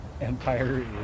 Empire